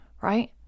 right